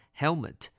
helmet